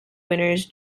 winners